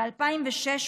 ב-2006,